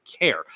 care